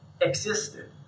existed